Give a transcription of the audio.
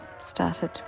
started